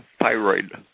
thyroid